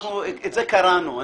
את זה קראנו.